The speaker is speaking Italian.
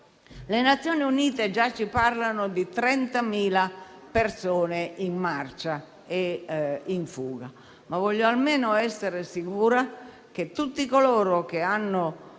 Le Nazioni Unite già ci parlano di 30.000 persone in marcia per la fuga. Ma voglio almeno essere sicura che tutti coloro che hanno